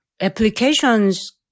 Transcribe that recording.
applications